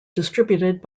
distributed